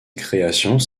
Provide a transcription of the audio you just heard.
créations